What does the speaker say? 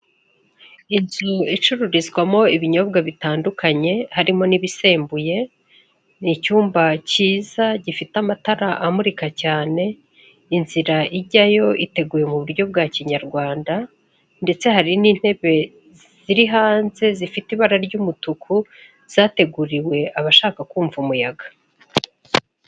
Inzu icururizwamo ibinyobwa bitandukanye harimo n'ibisembuye, ni icyumba cyiza, gifite amatara amurika cyane, inzira ijyayo iteguye mu buryo bwa kinyarwanda ndetse hari n'intebe ziri hanze zifite ibara ry'umutuku, zateguriwe abashaka kumva umuyaga.